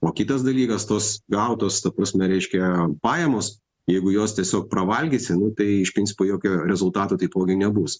o kitas dalykas tos gautos ta prasme reiškia pajamos jeigu jos tiesiog pravalgysi nu tai iš principo jokio rezultato taipogi nebus